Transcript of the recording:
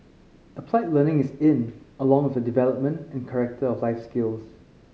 applied learning is in along with the development of character and life skills